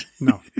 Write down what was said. No